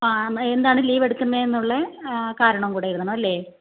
ആ എന്താണ് ലീവെടുക്കുന്നതിനുള്ള കാരണം കൂടെ എഴുതണമല്ലേ